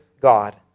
God